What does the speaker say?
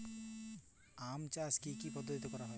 আম চাষ কি কি পদ্ধতিতে করা হয়?